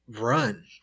run